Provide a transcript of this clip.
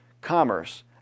commerce